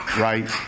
right